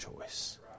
choice